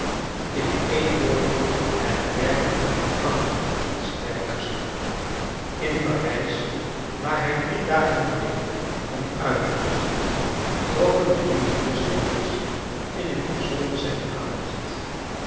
in een woord het werd een prachtig en sterk kasteel in parijs waar hij drie dagen bleef om uit te rusten trokken de juwelierswinkels in het bijzonder zijn aan